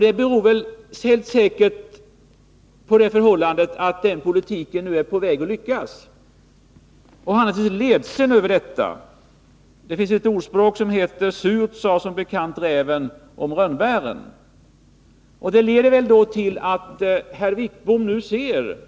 Det beror säkert på att den politiken nu är på väg att lyckas; Bengt Wittbom är naturligtvis ledsen över det. Det finns ett ordspråk som lyder: Surt, sade räven om rönnbären. Herr Wittbom ser väl nu